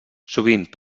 sovint